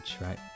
right